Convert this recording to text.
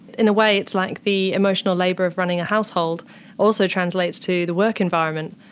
in a way it's like the emotional labour of running a household also translates to the work environment.